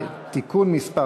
(תיקון מס'